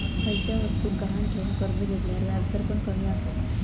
खयच्या वस्तुक गहाण ठेवन कर्ज घेतल्यार व्याजदर पण कमी आसतत